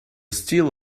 steal